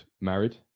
married